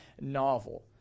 novel